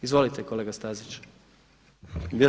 Izvolite kolega Stazić.